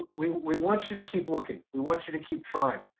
we, we want you to keep looking. we want you to keep trying.